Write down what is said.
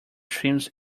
trims